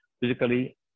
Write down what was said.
physically